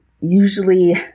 usually